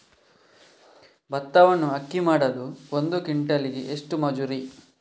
ಭತ್ತವನ್ನು ಅಕ್ಕಿ ಮಾಡಲು ಒಂದು ಕ್ವಿಂಟಾಲಿಗೆ ಎಷ್ಟು ಮಜೂರಿ?